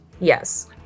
Yes